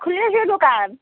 খুলিছোঁ দোকান